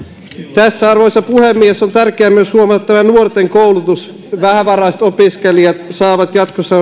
tässä arvoisa puhemies on tärkeää huomata myös tämä nuorten koulutus vähävaraiset opiskelijat saavat jatkossa